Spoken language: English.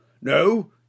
No